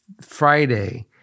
Friday